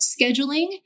scheduling